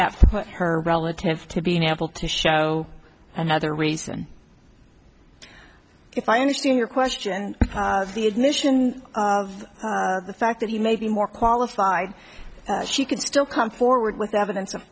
that put her relative to being able to show another reason if i understand your question of the admission of the fact that he may be more qualified she could still come forward with evidence of